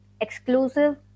Exclusive